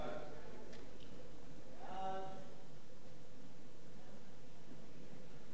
חוק ניירות ערך (תיקון מס' 51),